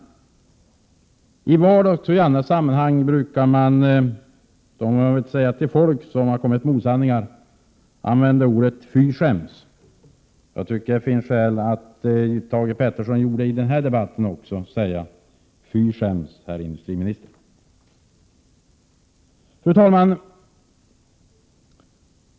Till vardags och i olika sammanhang brukar man säga till folk som har kommit med osanningar: Fy skäms! Med tanke på det som Thage G Peterson sade i den här debatten finns det också skäl att säga: Fy skäms, herr industriminister!